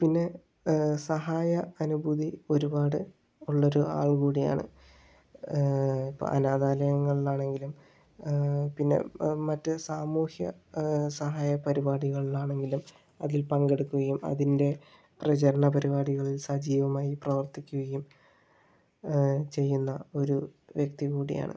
പിന്നെ സഹായ അനുഭൂതി ഒരുപാട് ഉള്ള ഒരു ആൾ കൂടെയാണ് ഇപ്പോൾ അനാഥാലയങ്ങളിൽ ആണെങ്കിലും പിന്നെ മറ്റ് സാമൂഹ്യ സഹായ പരിപാടികളിൽ ആണെങ്കിലും അതിൽ പങ്കെടുക്കുകയും അതിൻ്റെ പ്രചരണ പരിപാടികളിൽ സജീവമായി പ്രവർത്തിക്കുകയും ചെയ്യുന്ന ഒരു വ്യക്തി കൂടിയാണ്